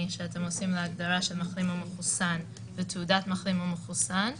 שאתם עושים להגדרה של מחלים או מחוסן בתעודת מחלים או מחוסן,